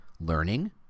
learning